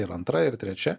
ir antra ir trečia